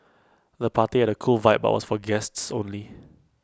the party had A cool vibe but was for guests only